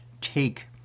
take